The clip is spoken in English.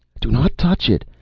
do not touch it!